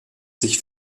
sich